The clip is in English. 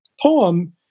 poem